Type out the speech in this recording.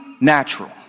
natural